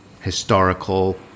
historical